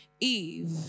Eve